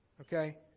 Okay